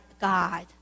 God